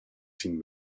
ziehen